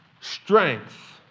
strength